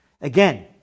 Again